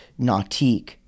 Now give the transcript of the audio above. nautique